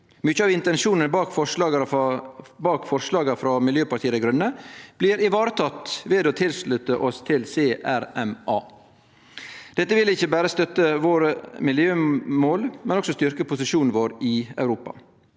Mykje av intensjonen bak forslaga frå Miljøpartiet Dei Grøne blir ivaretekne ved å slutte oss til CRMA. Dette vil ikkje berre støtte våre miljømål, men også styrkje posisjonen vår i Europa.